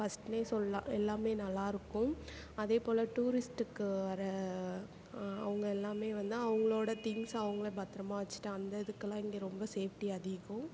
ஃபஸ்ட்னே சொல்லலாம் எல்லாமே நல்லாருக்கும் அதே போல் டூரிஸ்ட்டுக்கு வர்ற அவங்க எல்லாமே வந்து அவங்களோட திங்க்ஸ் அவங்களே பத்தரமாக வச்சிட்டு அந்த இதுக்கெல்லாம் இங்கே ரொம்ப சேஃப்டி அதிகம்